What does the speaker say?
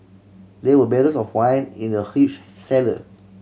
there were barrels of wine in the huge cellar